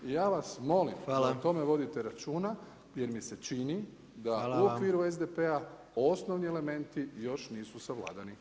Ja vas molim da o tome vodite računa jer mi se čini da u okviru SDP-a osnovni elementi još nisu savladani.